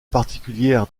particulières